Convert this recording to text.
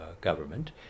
government